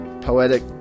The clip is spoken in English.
poetic